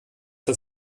zur